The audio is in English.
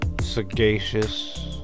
sagacious